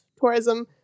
Tourism